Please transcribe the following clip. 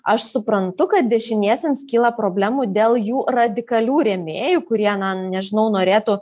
aš suprantu kad dešiniesiems kyla problemų dėl jų radikalių rėmėjų kurie na nežinau norėtų